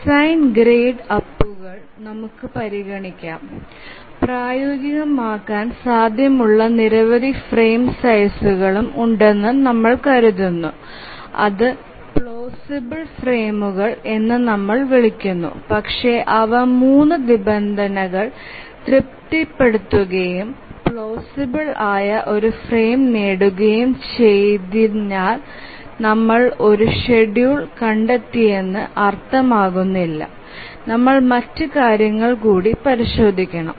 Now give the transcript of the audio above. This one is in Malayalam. ഡിസൈൻ ട്രേഡ് അപ്പുകൾ നമുക്ക് പരിഗണിക്കാം പ്രായോഗികമാകാൻ സാധ്യതയുള്ള നിരവധി ഫ്രെയിം സൈസ്ഉകളും ഉണ്ടെന്ന് നമ്മൾ കരുതുന്നു അത് പ്ലോസിബിൽ ഫ്രെയിമുകൾ എന്ന് നമ്മൾ വിളിക്കുന്നു പക്ഷേ അവ 3 നിബന്ധനകൾ തൃപ്തിപ്പെടുത്തുകയും പ്ലോസിബിൽ ആയ ഒരു ഫ്രെയിം നേടുകയും ചെയ്തതിനാൽ നമ്മൾ ഒരു ഷെഡ്യൂൾ കണ്ടെത്തിയെന്ന് അർത്ഥമാക്കുന്നില്ല നമ്മൾ മറ്റ് കാര്യങ്ങൾ കൂടി പരിശോധിക്കണം